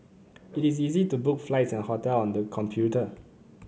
it is easy to book flights and hotel on the computer